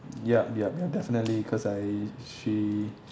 yup yup ya definitely cause I she